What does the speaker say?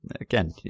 again